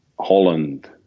Holland